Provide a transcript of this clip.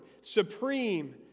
supreme